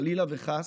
חלילה וחס,